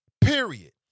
Period